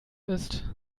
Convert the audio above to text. ist